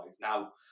Now